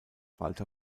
walter